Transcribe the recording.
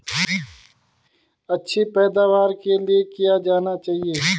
अच्छी पैदावार के लिए क्या किया जाना चाहिए?